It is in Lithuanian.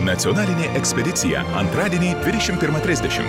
nacionalinė ekspedicija antradienį dvidešimt pirmą trisdešimt